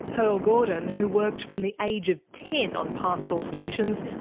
pearl gordon, who worked from the age of ten on pastoral stations,